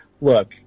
look